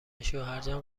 شوهرجان